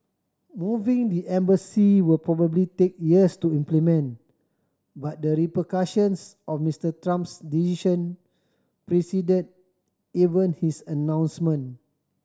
moving the embassy will probably take years to implement but the repercussions of Mister Trump's decision preceded even his announcement